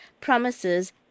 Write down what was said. promises